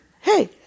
Hey